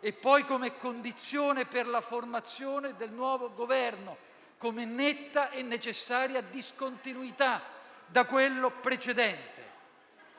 e poi come condizione per la formazione del nuovo Governo, come netta e necessaria discontinuità da quello precedente.